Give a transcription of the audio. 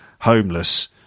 homeless